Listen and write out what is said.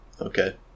Okay